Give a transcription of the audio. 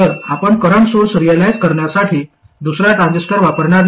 तर आपण current source realise करण्यासाठी दुसरा ट्रान्झिस्टर वापरणार नाही